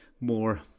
more